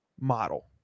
model